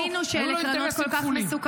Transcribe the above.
הם לא הבינו שאלה קרנות כל כך מסוכנות,